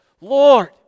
Lord